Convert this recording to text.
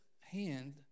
hand